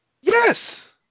Yes